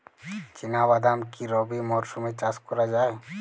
চিনা বাদাম কি রবি মরশুমে চাষ করা যায়?